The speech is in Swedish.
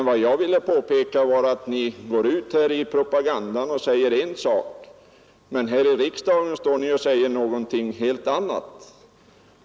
Vad jag ville påpeka var emellertid att ni går ut i propagandan och säger en sak, men här i riksdagen står ni och säger någonting helt annat.